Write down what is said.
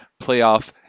playoff